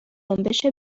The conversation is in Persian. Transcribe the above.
جنبش